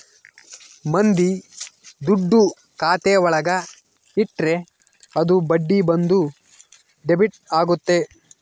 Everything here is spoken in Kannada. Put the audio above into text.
ಮಂದಿ ದುಡ್ಡು ಖಾತೆ ಒಳಗ ಇಟ್ರೆ ಅದು ಬಡ್ಡಿ ಬಂದು ಡೆಬಿಟ್ ಆಗುತ್ತೆ